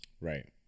right